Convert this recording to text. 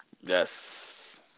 Yes